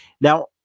Now